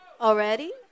already